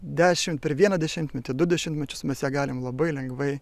dešimt per vieną dešimtmetį du dešimtmečius mes ją galime labai lengvai